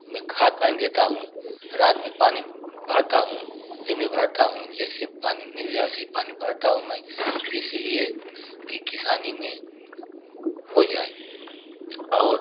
मैं खाद पानी देता हूँ रात में पानी भरता हूँ दिन में भरता हूँ ऐसे पानी मिल जा वैसे ही पानी भरता हूँ मैं इसीलिए कि किसानी में हो जाए और